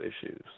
issues